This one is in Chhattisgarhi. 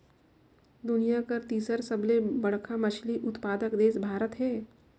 दुनिया कर तीसर सबले बड़खा मछली उत्पादक देश भारत हे